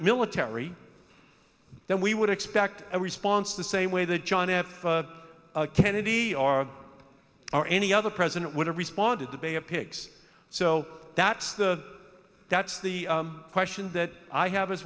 military then we would expect a response the same way that john f kennedy our or any other president would have responded the bay of pigs so that's the that's the question that i have